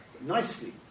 nicely